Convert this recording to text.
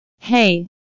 Hey